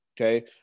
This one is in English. okay